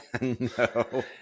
No